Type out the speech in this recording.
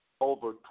over